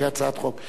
כי היתה הצעת חוק.